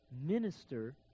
minister